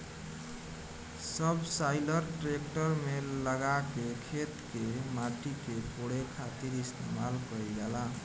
subsoiler tractor में लगा के खेत के माटी के कोड़े खातिर इस्तेमाल कईल जाला